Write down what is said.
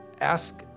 ask